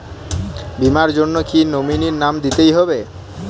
বীমার জন্য কি নমিনীর নাম দিতেই হবে?